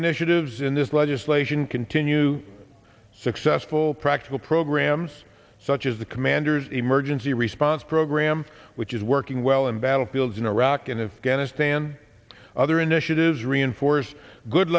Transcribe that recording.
initiatives in this legislation continue successful practical programs such as the commander's emergency response program which is working well in battlefields in iraq and afghanistan other initiatives reinforce good